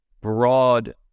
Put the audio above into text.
broad